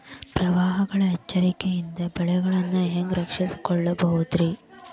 ಪ್ರವಾಹಗಳ ಎಚ್ಚರಿಕೆಯಿಂದ ಬೆಳೆಗಳನ್ನ ಹ್ಯಾಂಗ ರಕ್ಷಿಸಿಕೊಳ್ಳಬಹುದುರೇ?